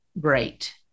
great